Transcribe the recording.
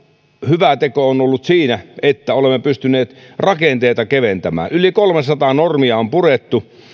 hyvä teko on ollut siinä että olemme pystyneet rakenteita keventämään yli kolmesataa normia on purettu